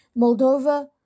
Moldova